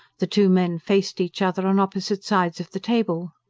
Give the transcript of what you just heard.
the two men faced each other on opposite sides of the table.